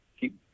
keep